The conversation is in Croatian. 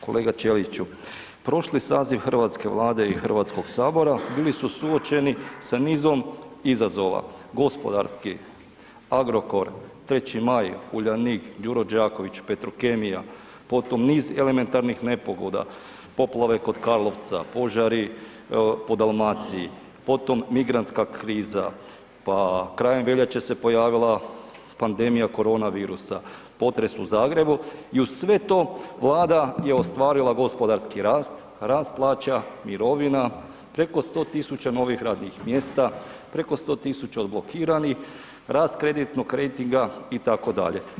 Kolega Ćeliću, prošli saziv Hrvatske vlade i Hrvatskog sabora bili su suočeni sa nizom izazova gospodarski Agrokor, 3. maj, Uljanik, Đuro Đaković, Petrokemija, potom niz elementarnih nepogoda, poplave kod Karlovca, požari po Dalmaciji, potom migrantska kriza, pa krajem veljače se pojavila pandemija korona virusa, potres u Zagrebu i uz sve to Vlada je ostvarila gospodarski rast, rast plaća, mirovina, preko 100.000 novih radnih mjesta, preko 100.000 odblokiranih, rast kreditnog rejtinga itd.